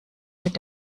mit